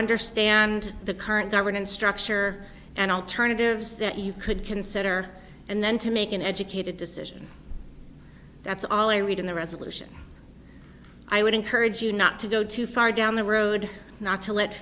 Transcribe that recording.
understand the current governance structure and alternatives that you could consider and then to make an educated decision that's all i read in the resolution i would encourage you not to go too far down the road not to let